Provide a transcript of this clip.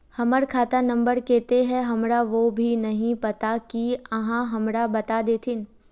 हमर खाता नम्बर केते है हमरा वो भी नहीं पता की आहाँ हमरा बता देतहिन?